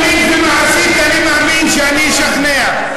עיונית ומעשית, אני מאמין שאני אשכנע.